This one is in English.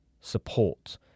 support